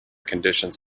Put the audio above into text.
conditions